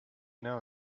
know